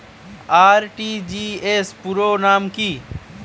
RTGS পুরো নাম কি?